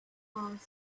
asked